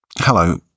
Hello